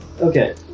Okay